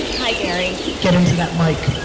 hi gary. get into that mic.